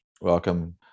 welcome